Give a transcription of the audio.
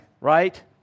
right